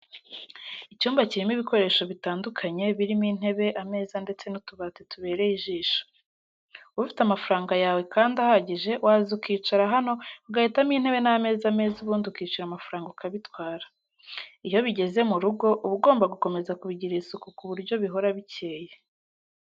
Icyumba kirimo ibikoresho bitandukanye, birimo intebe, ameza ndetse n'utubati tubereye ijisho. Ufite amafaranga yawe kandi ahagije waza ukicara hano ugahitamo intebe n'ameza meza ubundi ukishyura amafaranga ukabitwara. Iyo bigeze mu rugo uba ugomba gukomeza kubigirira isuku ku buryo bihora bikeye.